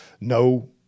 No